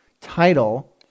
title